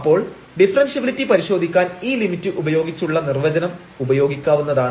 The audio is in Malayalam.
അപ്പോൾ ഡിഫറെൻഷ്യബിലിറ്റി പരിശോധിക്കാൻ ഈ ലിമിറ്റ് ഉപയോഗിച്ചുള്ള നിർവ്വചനം ഉപയോഗിക്കാവുന്നതാണ്